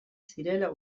zirela